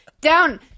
Down